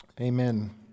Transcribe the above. amen